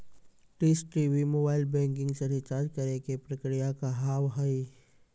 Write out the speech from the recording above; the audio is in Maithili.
डिश टी.वी मोबाइल बैंकिंग से रिचार्ज करे के प्रक्रिया का हाव हई?